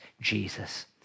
Jesus